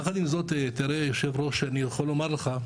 יחד עם זה תראה יושב הראש אני יכול לומר לך,